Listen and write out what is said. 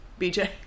BJ